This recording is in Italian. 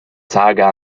saga